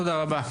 תודה רבה.